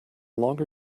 longer